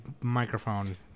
microphone